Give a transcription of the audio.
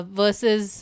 versus